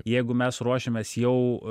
jeigu mes ruošiamės jau